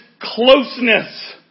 closeness